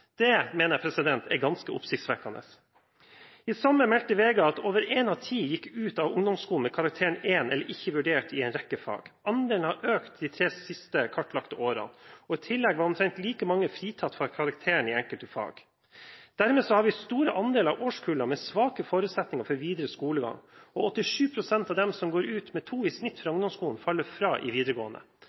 Det mener jeg er ganske oppsiktsvekkende. I sommer meldte VG at over én av ti gikk ut av ungdomsskolen med karakteren 1 eller «ikke vurdert» i en rekke fag. Andelen har økt de tre siste, kartlagte årene, og i tillegg var omtrent like mange fritatt fra karakter i enkelte fag. Dermed har vi store andeler av årskull med svake forutsetninger for videre skolegang, og 87 pst. av dem som går ut med karakteren 2 i snitt fra ungdomsskolen, faller fra i videregående.